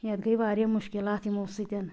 یَتھ گٔے واریاہ مشکلات یِمو سۭتۍ